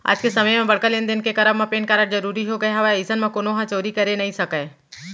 आज के समे म बड़का लेन देन के करब म पेन कारड जरुरी होगे हवय अइसन म कोनो ह चोरी करे नइ सकय